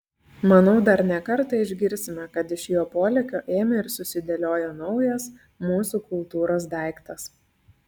manau dar ne kartą išgirsime kad iš jo polėkio ėmė ir susidėliojo naujas mūsų kultūros daiktas